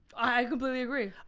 i completely agree.